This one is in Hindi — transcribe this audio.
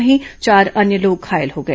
वहीं चार अन्य लोग घायल हो गए